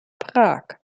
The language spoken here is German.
prag